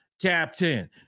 Captain